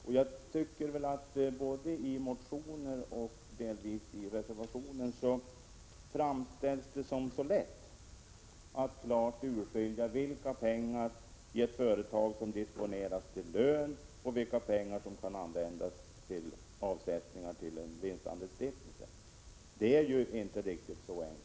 Men jag tycker att det både i motioner och delvis i reservationen framställs som så lätt att klart urskilja vilka pengar ett företag disponerar till lön och vilka pengar som kan användas till avsättningar till en vinstandelsstiftelse. Det är inte riktigt så enkelt.